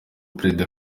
perezida